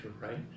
right